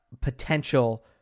potential